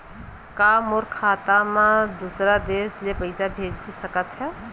का मोर खाता म दूसरा देश ले पईसा भेज सकथव?